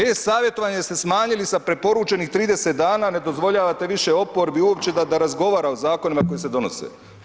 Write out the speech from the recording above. E-savjetovanje ste smanjili sa preporučenih 30 dana, ne dozvoljavate više oporbi uopće da razgovara o zakonima koji se donose.